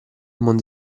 mondo